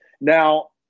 Now